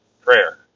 prayer